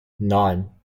nine